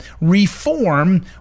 reform